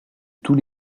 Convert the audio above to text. tous